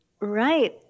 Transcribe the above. right